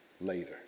later